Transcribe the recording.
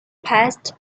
passed